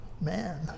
Man